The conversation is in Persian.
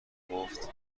گفت